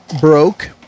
broke